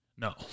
No